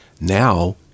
Now